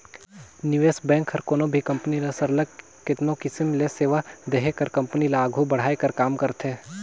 निवेस बेंक हर कोनो भी कंपनी ल सरलग केतनो किसिम ले सेवा देहे कर कंपनी ल आघु बढ़ाए कर काम करथे